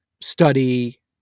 study